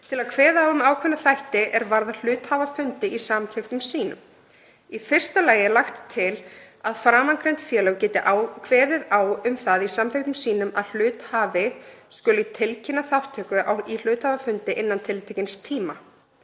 til að kveða á um ákveðna þætti er varða hluthafafundi í samþykktum sínum. Í fyrsta lagi er lagt til að framangreind félög geti kveðið á um það í samþykktum sínum að hluthafi skuli tilkynna þátttöku í hluthafafundi innan tiltekins tíma.